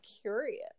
curious